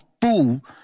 fool